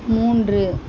மூன்று